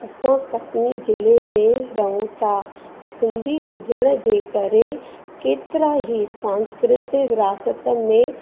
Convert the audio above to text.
असां कटनी जिले में रहूं था सिंधी हुजण जे करे केतिरा ई सांस्कृत विरासत में